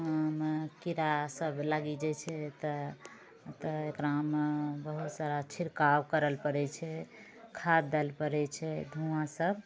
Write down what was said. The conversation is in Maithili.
कीड़ा सब लागी जाइ छै तऽ तऽ एकरामे बहुत सारा छिड़काव करल पड़ै छै खाद देला पड़ै छै धुआँ सब